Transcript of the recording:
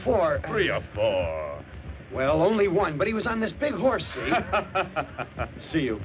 four pre op well only one but he was on this big horse see you